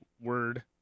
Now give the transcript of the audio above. word